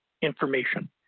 information